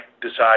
decide